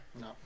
no